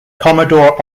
commodore